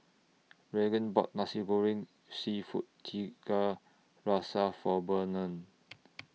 Regan bought Nasi Goreng Seafood Tiga Rasa For Burnell